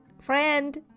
friend